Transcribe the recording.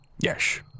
Yes